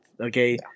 Okay